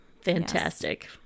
fantastic